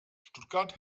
stuttgart